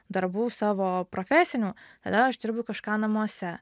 darbų savo profesinių tada aš dirbu kažką namuose